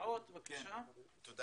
קווי סמים, אתה בא,